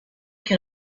can